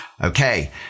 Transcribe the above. Okay